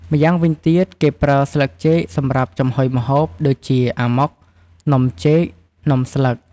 ម្យ៉ាងវិញទៀតគេប្រើស្លឹកចេកសម្រាប់ចំហុយម្ហូប ដូចជា អាម៉ុក, នំចេក, នំស្លឹក។